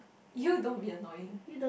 you don't be annoying